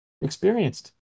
experienced